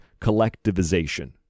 collectivization